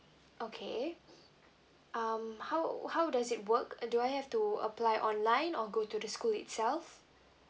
okay um how how does it work uh do I have to apply online or go to the school itself